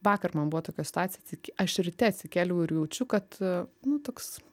vakar man buvo tokia situacija tik aš ryte atsikėliau ir jaučiu kad nu toks